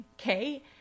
okay